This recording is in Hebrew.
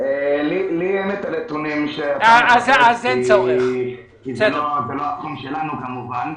לי אין את הנתונים, זה לא התחום שלנו כמובן.